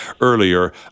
earlier